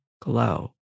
glow